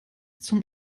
zum